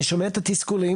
אני שומע את התסכולים.